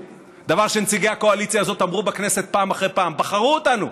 דבר שנציגי הקואליציה הזאת אמרו בכנסת פעם אחרי פעם: בחרו אותנו,